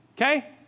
Okay